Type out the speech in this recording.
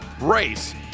race